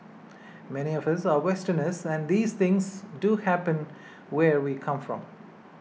many of us are Westerners and these things do happen where we come from